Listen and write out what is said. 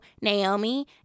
Naomi